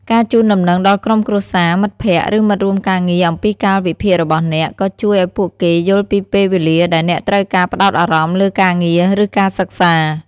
ការជូនដំណឹងដល់ក្រុមគ្រួសារ មិត្តភ័ក្តិ ឬមិត្តរួមការងារអំពីកាលវិភាគរបស់អ្នក ក៏ជួយឲ្យពួកគេយល់ពីពេលវេលាដែលអ្នកត្រូវការផ្តោតអារម្មណ៍លើការងារ ឬការសិក្សា។